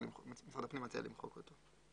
משרד הפנים מציע למחוק אותו.